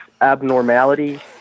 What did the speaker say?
Abnormality